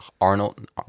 Arnold